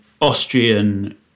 Austrian